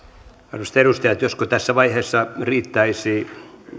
arvoisat edustajat josko tässä vaiheessa riittäisi